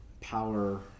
power